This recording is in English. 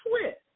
twist